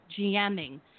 GMing